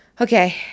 okay